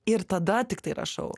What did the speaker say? ir tada tiktai rašau